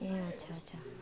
ए अच्छा अच्छा